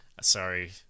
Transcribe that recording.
sorry